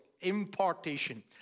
Importation